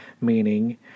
meaning